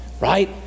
right